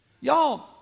Y'all